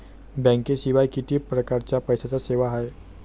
बँकेशिवाय किती परकारच्या पैशांच्या सेवा हाय?